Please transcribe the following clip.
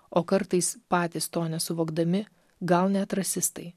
o kartais patys to nesuvokdami gal net rasistai